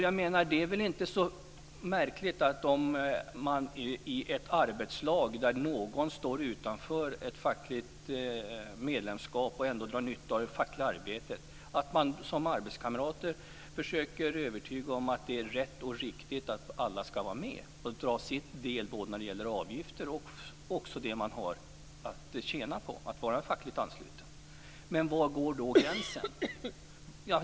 Jag menar att det inte är så märkligt om man i ett arbetslag där någon står utanför ett fackligt medlemskap, och ändå drar nytta av det fackliga arbetet, som arbetskamrater försöker övertyga om att det är rätt och riktigt att alla ska vara med och stå för sin del när det gäller avgifter och även det man har att tjäna på att vara fackligt ansluten. Men var går gränsen?